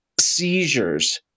seizures